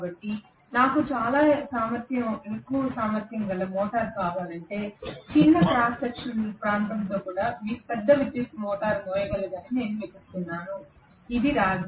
కాబట్టి నాకు చాలా ఎక్కువ సామర్థ్యం గల మోటారు కావాలంటే చిన్న క్రాస్ సెక్షన్ ప్రాంతంతో కూడా పెద్ద విద్యుత్తును మోయగలదని నేను వెతుకుతున్నాను ఇది రాగి